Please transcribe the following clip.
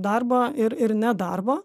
darbo ir ir nedarbo